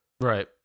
right